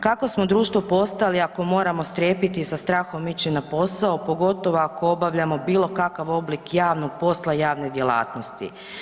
Kakvo smo društvo postali ako moramo strepiti i sa strahom ići na posao pogotovo ako obavljamo bilo kakav oblik javnog posla, javne djelatnosti.